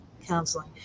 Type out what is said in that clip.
counseling